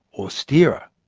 or steerer.